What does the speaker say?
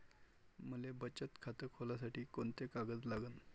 मले बचत खातं खोलासाठी कोंते कागद लागन?